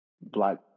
black